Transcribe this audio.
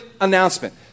announcement